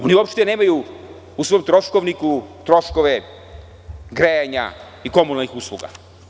Oni uopšte nemaju u svom troškovniku troškove grejanja i komunalnih usluga.